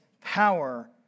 power